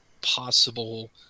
possible